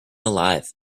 alive